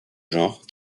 genre